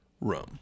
rum